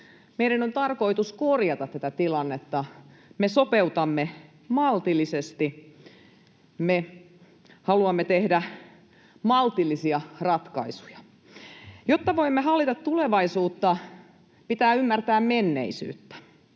meidän on tarkoitus korjata tätä tilannetta. Me sopeutamme maltillisesti, me haluamme tehdä maltillisia ratkaisuja. Jotta voimme hallita tulevaisuutta, pitää ymmärtää menneisyyttä.